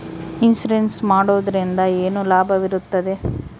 Insurance ಮಾಡೋದ್ರಿಂದ ಏನು ಲಾಭವಿರುತ್ತದೆ?